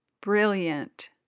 brilliant